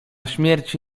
śmierci